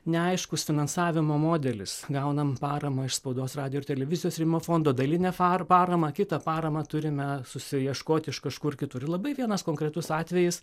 neaiškus finansavimo modelis gaunam paramą iš spaudos radijo ir televizijos rėmimo fondo dalinę pa paramą kitą paramą turime susiieškoti iš kažkur kitur labai vienas konkretus atvejis